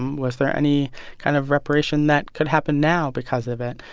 um was there any kind of reparation that could happen now because of it?